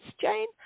Jane